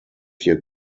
year